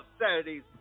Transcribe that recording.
Saturday's